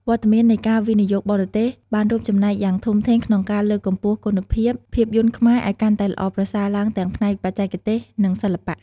វត្តមាននៃការវិនិយោគបរទេសបានរួមចំណែកយ៉ាងធំធេងក្នុងការលើកកម្ពស់គុណភាពភាពយន្តខ្មែរឱ្យកាន់តែល្អប្រសើរឡើងទាំងផ្នែកបច្ចេកទេស និងសិល្បៈ។